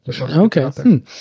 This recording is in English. Okay